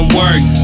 work